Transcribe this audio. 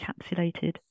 encapsulated